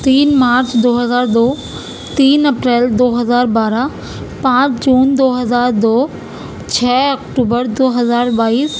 تین مارچ دو ہزار دو تین اپریل دو ہزار بارہ پانچ جون دو ہزار دو چھ اکٹوبر دو ہزار بائیس